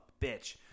bitch